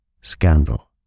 Scandal